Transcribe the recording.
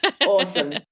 Awesome